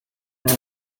nta